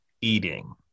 eating